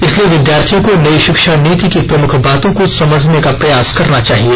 इस लिए विद्यार्थियों को नई शिक्षा नीति की प्रमुख बातों को समझने का प्रयास करना चाहिए